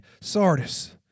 Sardis